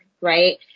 Right